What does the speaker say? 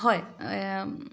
হয়